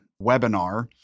webinar